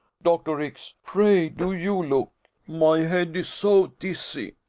dr. x, pray do you look. my head is so dizzy,